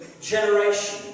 generation